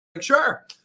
Sure